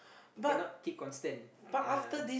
cannot keep constant yea